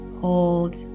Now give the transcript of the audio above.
hold